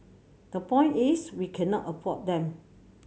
the point is we cannot afford them